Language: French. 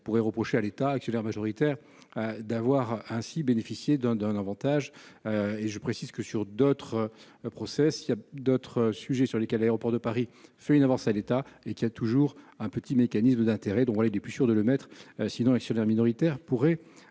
pourrait reprocher à l'État, actionnaire majoritaire d'avoir ainsi bénéficier d'un d'un Avantage et je précise que sur d'autres, le procès s'il y a d'autres sujets sur lesquels, aéroports de Paris fait une avance à l'état et qu'il y a toujours un petit mécanisme d'intérêt dont les discussions de le sinon actionnaire minoritaire pourrait